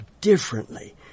differently